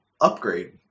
upgrade